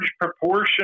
proportion